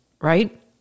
Right